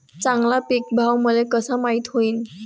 चांगला पीक भाव मले कसा माइत होईन?